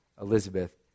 Elizabeth